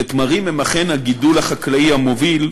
ותמרים הם אכן הגידול החקלאי המוביל בבקעת-הירדן.